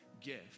gift